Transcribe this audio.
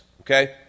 okay